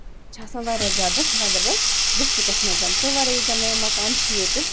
چھِ آسان واریاہ زیادٕ گاندربَل ڈِسٹررکَس منٛز تَمہِ وَرٲے یُس زَن مَکانہٕ چھِ ییٚتہِ